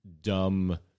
dumb